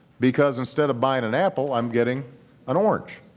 because instead of buying an apple, i'm getting an orange.